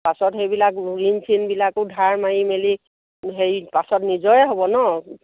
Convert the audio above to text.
পাছত সেইবিলাক ঋণ চিনবিলাকো ধাৰ মাৰি মেলি হেৰি পাছত নিজৰে হ'ব ন